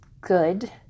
good